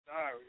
sorry